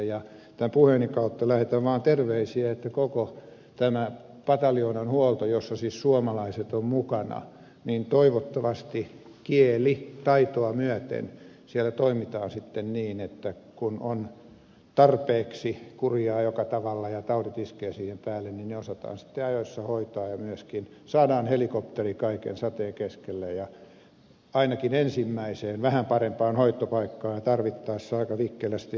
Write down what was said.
tämän puheeni kautta lähetän vaan terveisiä että koko tämän pataljoonan huollossa jossa siis suomalaiset ovat mukana toivottavasti kielitaitoa myöten hoidetaan sitten niin että kun on tarpeeksi kurjaa joka tavalla ja taudit iskevät siihen päälle niin ne osataan sitten ajoissa hoitaa ja myöskin saadaan helikopteri kaiken sateen keskelle ja päästään ainakin ensimmäiseen vähän parempaan hoitopaikkaan tarvittaessa aika vikkelästi eurooppaan